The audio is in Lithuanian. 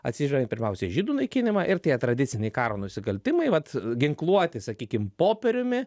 atsižvelgiant pirmiausiai į žydų naikinimą ir tie tradiciniai karo nusikaltimai vat ginkluoti sakykim popieriumi